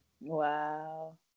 Wow